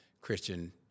Christian